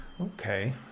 Okay